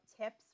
tips